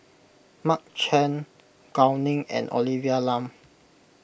Mark Chan Gao Ning and Olivia Lum